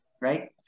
right